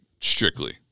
Strictly